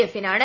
എഫിനാണ്